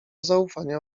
zaufania